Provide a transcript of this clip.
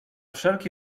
wszelki